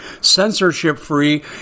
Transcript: censorship-free